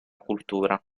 cultura